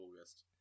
August